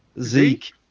zeke